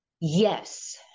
Yes